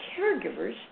caregivers